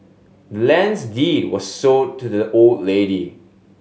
the land's deed was sold to the old lady